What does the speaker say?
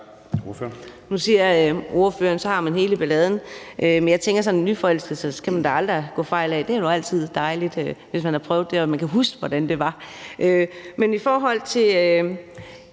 Nu siger ordføreren, at så har vi hele balladen. Men jeg tænker, at det at være nyforelsket går man da aldrig fejl af. Det er jo altid dejligt – hvis man har prøvet det og man kan huske, hvordan det var. Jeg hørte